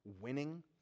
winning